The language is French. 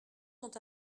sont